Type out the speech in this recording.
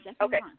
Okay